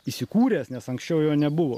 įsikūręs nes anksčiau jo nebuvo